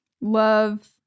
love